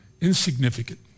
insignificant